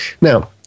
Now